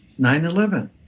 9-11